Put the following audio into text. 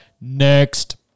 next